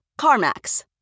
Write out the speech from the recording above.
CarMax